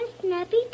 snappy